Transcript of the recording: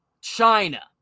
China